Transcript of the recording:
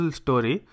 story